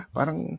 Parang